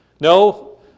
No